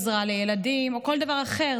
עזרה לילדים או כל דבר אחר.